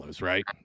right